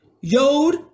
yod